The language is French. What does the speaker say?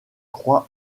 croix